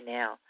now